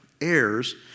heirs